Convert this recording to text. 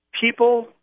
people